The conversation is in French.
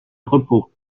repos